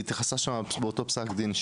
והיא התייחסה שם באותו פסק דין,